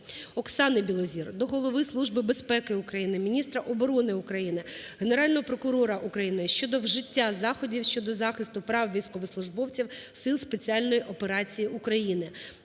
Оксани Білозір до Голови Служби безпеки України, міністра оборони України, Генерального прокурора України щодо вжиття заходів щодо захисту прав військовослужбовців Сил Спеціальних Операцій України.